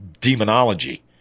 demonology